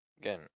Again